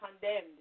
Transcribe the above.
condemned